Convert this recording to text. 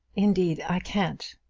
indeed i can't.